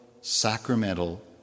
sacramental